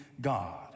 God